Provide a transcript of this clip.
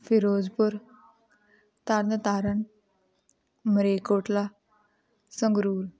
Firozpur Tarn Taran Malerkotla Sangrur